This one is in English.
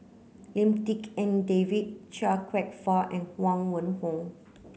Lim Tik En David Chia Kwek Fah and Huang Wenhong